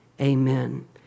amen